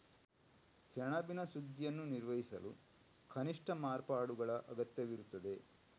ಸೆಣಬಿನ ಸುಗ್ಗಿಯನ್ನು ನಿರ್ವಹಿಸಲು ಕನಿಷ್ಠ ಮಾರ್ಪಾಡುಗಳ ಅಗತ್ಯವಿರುತ್ತದೆ